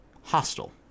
hostile